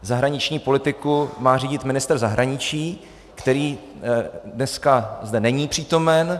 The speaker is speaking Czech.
Zahraniční politiku má řídit ministr zahraničí, který zde dneska není přítomen.